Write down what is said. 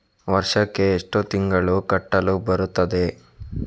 ವರ್ಷಕ್ಕೆ ಎಷ್ಟು ತಿಂಗಳು ಕಟ್ಟಲು ಬರುತ್ತದೆ?